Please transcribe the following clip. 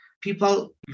people